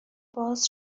باز